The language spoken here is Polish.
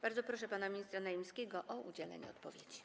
Bardzo proszę pana ministra Naimskiego o udzielenie odpowiedzi.